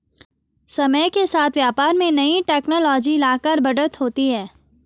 समय के साथ व्यापार में नई टेक्नोलॉजी लाकर बढ़त होती है